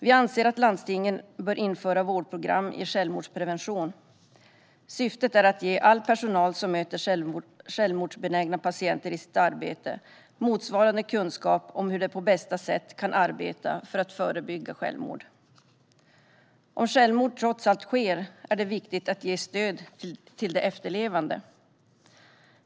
Vi anser att landstingen bör införa vårdprogram för självmordsprevention. Syftet är att ge all personal som möter självmordsbenägna patienter i sitt arbete tillräcklig kunskap om hur de på bästa sätt kan arbeta för att förebygga självmord. Om självmord trots allt sker är det viktigt att ge stöd till de efterlevande.